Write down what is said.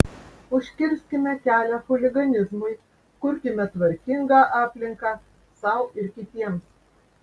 užkirskime kelią chuliganizmui kurkime tvarkingą aplinką sau ir kitiems